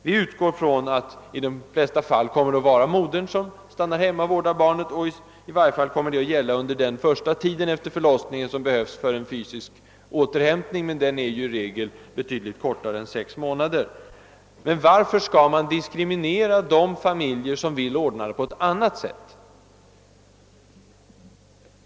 Vi utgår från att det i de flesta fall kommer att vara modern som stannar hemma och vårdar barnet — i varje fall kommer det att gälla under den första tiden efter förlossningen, som behövs för en fysisk återhämtning, men denna går i regel på betydligt kortare tid än sex månader. Men varför skall man diskriminera de familjer som vill ordna det på ett annat sätt?